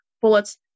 bullets